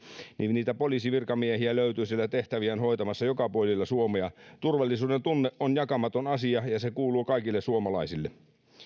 niin niitä poliisivirkamiehiä löytyy tehtäviään hoitamassa joka puolella suomea turvallisuudentunne on jakamaton asia ja se kuuluu kaikille suomalaisille